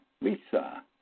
Lisa